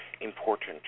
important